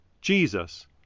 Jesus